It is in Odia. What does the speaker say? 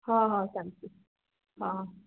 ହଁ ହଁ ଚାଲିଛି ହଁ